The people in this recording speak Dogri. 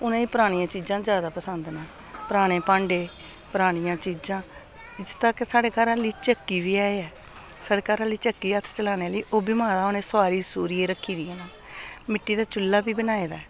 उ'नेंगी परानियां चीजां ज्यादा पसंद न पराने भांडे परानियां चीजां इस तक साढ़े घर आह्ली चक्की बी ऐ साढ़े घर आह्ली चक्की हत्थ चलाने आह्ली ओह् बी माए दा उ'नें सोआरी सुरियै रक्खी दियां न मिट्टी दा चुल्ला बी बनाए दा ऐ